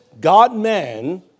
God-man